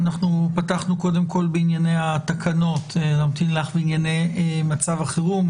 פתחנו קודם כל בענייני התקנות וענייני מצב החירום.